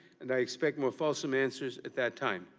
and i expect more fulsome answers at that time.